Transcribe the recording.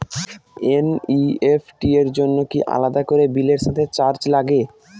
NEFT র জন্য কি আলাদা করে বিলের সাথে চার্জ লাগে?